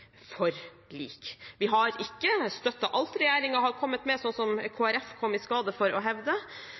forlik. Vi har ikke støttet alt regjeringen har kommet med, slik som Kristelig Folkeparti kom i skade for å hevde.